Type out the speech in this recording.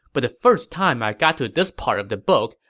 but the first time i got to this part of the book,